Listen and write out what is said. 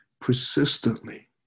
persistently